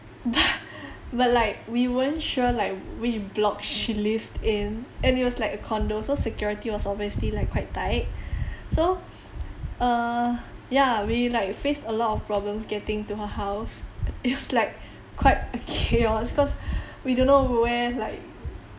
but but like we weren't sure like which block she lived in and it was like a condo so security was obviously like quite tight so uh ya we like faced a lot of problems getting to her house it's like quite a chaos cause we don't know where like